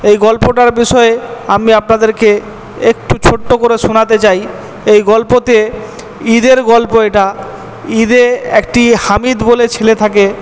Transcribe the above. এই গল্পটার বিষয়ে আমি আপনাদেরকে একটু ছোট্ট করে শোনাতে চাই এই গল্পতে ঈদের গল্প এটা ঈদে একটি হামিদ বলে ছেলে থাকে